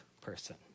person